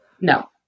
No